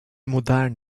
modern